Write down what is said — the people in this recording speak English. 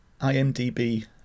IMDb